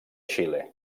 xile